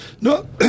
No